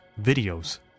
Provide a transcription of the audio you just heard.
videos